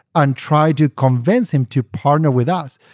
and try to convince him to partner with us.